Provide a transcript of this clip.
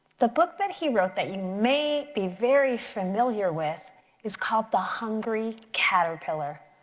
the book that he wrote that you may be very familiar with is called, the hungry caterpillar.